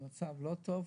המצב לא טוב.